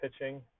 pitching